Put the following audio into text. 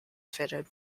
fitted